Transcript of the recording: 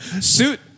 Suit